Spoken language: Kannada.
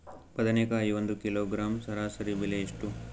ಬದನೆಕಾಯಿ ಒಂದು ಕಿಲೋಗ್ರಾಂ ಸರಾಸರಿ ಬೆಲೆ ಎಷ್ಟು?